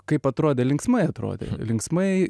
kaip atrodė linksmai atrodė linksmai